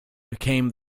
became